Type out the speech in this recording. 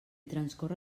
transcorre